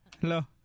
Hello